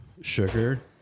sugar